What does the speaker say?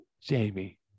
Jamie